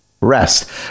rest